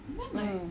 mm